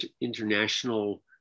international